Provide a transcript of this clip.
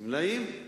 גמלאים.